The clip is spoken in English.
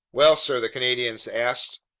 well, sir, the canadian asked,